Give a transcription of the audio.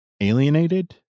alienated